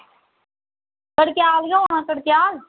कड़क्याल गै औना कड़क्याल